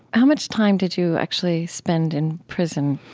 how much time did you actually spend in prison?